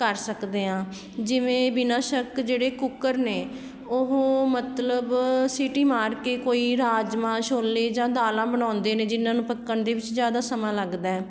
ਕਰ ਸਕਦੇ ਹਾਂ ਜਿਵੇਂ ਬਿਨਾਂ ਸ਼ੱਕ ਜਿਹੜੇ ਕੁੱਕਰ ਨੇ ਉਹ ਮਤਲਬ ਸੀਟੀ ਮਾਰ ਕੇ ਕੋਈ ਰਾਜਮਾਂਹ ਛੋਲੇ ਜਾਂ ਦਾਲਾਂ ਬਣਾਉਂਦੇ ਨੇ ਜਿਨ੍ਹਾਂ ਨੂੰ ਪੱਕਣ ਦੇ ਵਿੱਚ ਜ਼ਿਆਦਾ ਸਮਾਂ ਲੱਗਦਾ